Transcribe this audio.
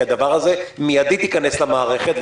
כי הדבר המידית ייכנס למערכת,